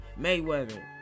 mayweather